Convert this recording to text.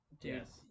Yes